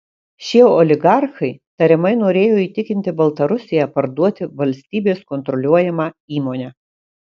šie oligarchai tariamai norėjo įtikinti baltarusiją parduoti valstybės kontroliuojamą įmonę